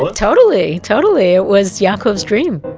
but totally! totally! it was yaakov's dream.